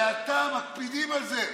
ואתה, מקפידים על זה,